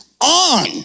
on